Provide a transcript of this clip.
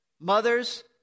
mothers